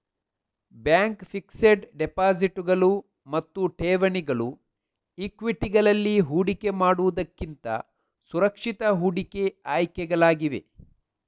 bank fixed ಡೆಪಾಸಿಟುಗಳು ಮತ್ತು ಠೇವಣಿಗಳು ಈಕ್ವಿಟಿಗಳಲ್ಲಿ ಹೂಡಿಕೆ ಮಾಡುವುದಕ್ಕಿಂತ ಸುರಕ್ಷಿತ ಹೂಡಿಕೆ ಆಯ್ಕೆಗಳಾಗಿವೆ